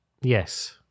Yes